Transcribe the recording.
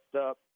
up